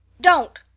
Don't